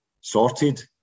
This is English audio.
sorted